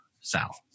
Sal